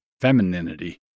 femininity